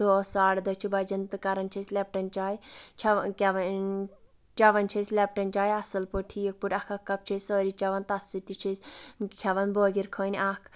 دہ ساڈٕ دہ چھِ بَجان تہٕ کران چھِ أسۍ لیٚپٹن چاے چھےٚ ون کیٛاہ چوان چھِ أسۍ لیٚپٹن چاے اَصٕل پٲٹھۍ ٹھیٖک پٲٹھۍ اکھ اکھ کَپ چھِ أسۍ سٲری چیوان تَتھ سۭتۍ تہِ چھِ أسۍ کھٮ۪وان بٲکِر کھٔنۍ اکھ